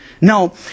No